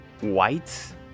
white